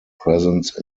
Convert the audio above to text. presence